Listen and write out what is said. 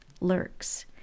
lurks